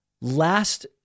last